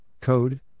code